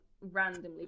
randomly